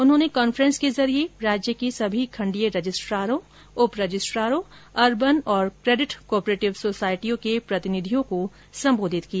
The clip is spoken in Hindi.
उन्होंने कांन्फ्रेंस के जरिये राज्य के सभी खण्डीय रजिस्ट्रारों उप रजिस्ट्रारों अरबन और क्रेडिट को ऑपरेटिव सोसायटियों के प्रतिनिधियों को संबोधित किया